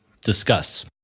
Discuss